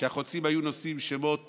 אם החוצים היו נושאים שמות